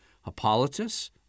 Hippolytus